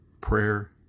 Prayer